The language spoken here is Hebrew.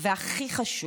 והכי חשוב,